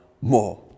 more